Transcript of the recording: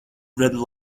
red